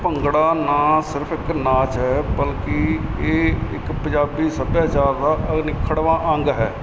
ਭੰਗੜਾ ਨਾ ਸਿਰਫ਼ ਇੱਕ ਨਾਚ ਹੈ ਬਲਕਿ ਇਹ ਇੱਕ ਪੰਜਾਬੀ ਸੱਭਿਆਚਾਰ ਦਾ ਅਨਿੱਖੜਵਾਂ ਅੰਗ ਹੈ